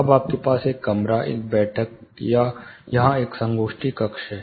अब आपके पास एक कमरा एक बैठक या यहाँ एक संगोष्ठी कक्ष है